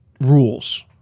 rules